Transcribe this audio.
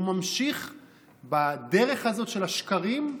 הוא ממשיך בדרך הזאת של השקרים,